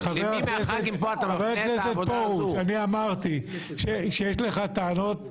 חבר הכנסת פרוש, אמרתי שיש לך טענות הגיוניות.